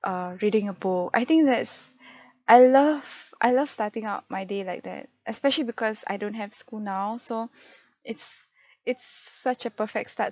err reading a book I think that's I love I love starting up my day like that especially because I don't have school now so it's it's such a perfect start